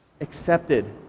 accepted